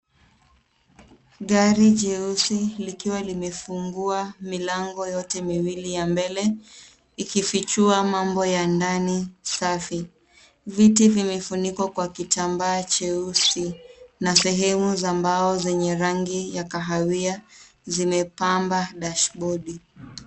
Gari jeusi likiwa limefungua milango yote miwili ya mbele ikifichua mambo ya ndani safi. Viti vimefunikwa kwa kitambaa cheusi na sehemu za mbao zenye rangi ya kahawia zimepamba dashbodi.